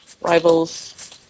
rivals